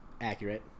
accurate